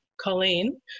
colleen